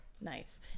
Nice